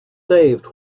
saved